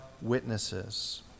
witnesses